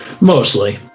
Mostly